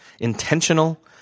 intentional